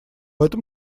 этом